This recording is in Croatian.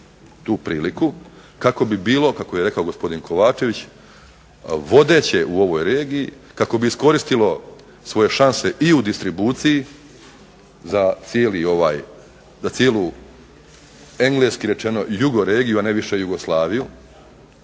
tu priliku kako bi bilo, kako je rekao gospodin Kovačević, vodeće u ovoj regiji kako bi iskoristilo svoje šanse i u distribuciji za cijelu engleski rečeno jugoregiju, a ne više Jugoslaviju,